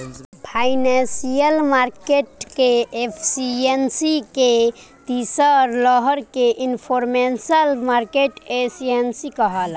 financial market के efficiency के तीसर तरह के इनफॉरमेशनल मार्केट एफिशिएंसी कहाला